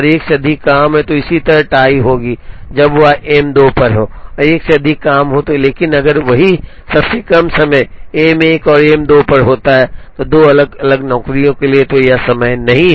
इसी तरह टाई तब होगी जब वह एम 2 पर हो और एक से अधिक काम हो लेकिन अगर वही सबसे कम समय एम 1 और एम 2 पर होता है 2 अलग अलग नौकरियों के लिए तो यह समय नहीं है